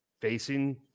facing